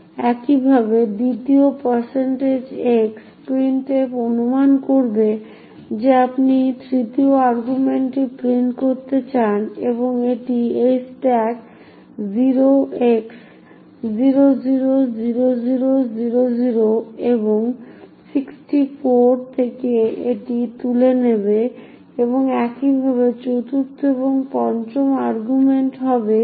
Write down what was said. একইভাবে দ্বিতীয় x printf অনুমান করবে যে আপনি তৃতীয় আর্গুমেন্টটি প্রিন্ট করতে চান এবং তাই এটি স্ট্যাক 0x000000 এবং 64 থেকে এটি তুলে নেবে এবং একইভাবে চতুর্থ এবং পঞ্চম আর্গুমেন্ট হবে f7e978fb এবং ffffcf6c এবং ffffd06c